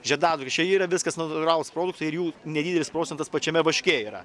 žiedadulkės čia yra viskas natūralūs produktai ir jų nedidelis procentas pačiame vaške yra